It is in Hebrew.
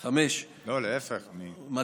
לא, להפך, אני שמח לשמוע תשובה מפורטת.